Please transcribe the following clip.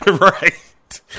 Right